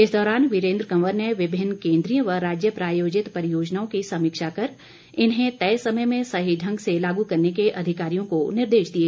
इस दौरान वीरेन्द्र कवर ने विभिन्न केन्द्रीय व राज्य प्रायोजित परियोजनाओं की समीक्षा कर इन्हें तय समय में सही ढंग से लागू करने के अधिकारियों को निर्देश दिए